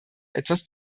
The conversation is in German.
etwas